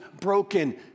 broken